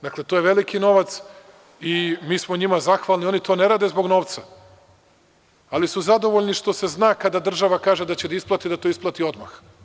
Dakle, to je veliki novac i mi smo njima zahvalni, oni to ne rade zbog novca, ali su zadovoljni što se zna kada država kaže da će da isplati, da to isplati odmah.